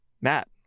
Matt